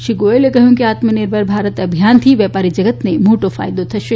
શ્રી ગોયલે કહયું કે આત્મનિર્ભર ભારત અભિયાનથી વેપારી જગતને મોટો ફાયદો થશે